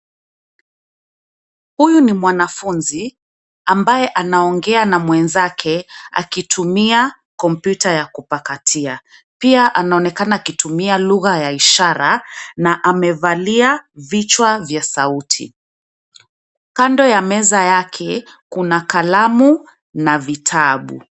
Huyu ni mwanafunzi ambaye anaongea na mwenzake akitumia kompyuta ya kupakatia. Pia anaonekana akitumia lugha ya ishara na amevalia vichwa vya sauti. Kando ya meza yake kuna kalamu na vitabu.